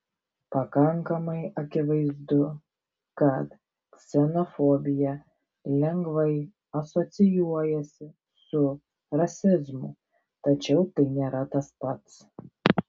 pakankamai akivaizdu kad ksenofobija lengvai asocijuojasi su rasizmu tačiau tai nėra tas pats